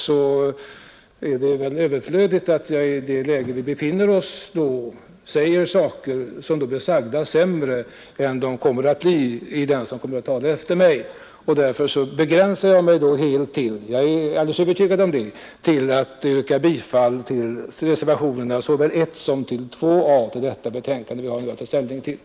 Det är väl överflödigt att jag i det läge som vi nu befinner oss i säger saker som — det är jag övertygad om — skulle bli sämre framförda av mig än av statsrådet som kommer att tala senare. Jag begränsar mig därför till att yrka bifall till reservationerna 1 och 2 a vid det betänkande vi nu har att ta ställning till.